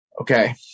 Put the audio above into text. Okay